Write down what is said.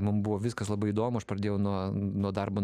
mum buvo viskas labai įdomu aš pradėjau nuo nuo darbo